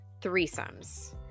threesomes